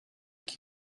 qui